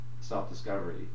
self-discovery